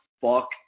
fuck